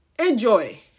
Enjoy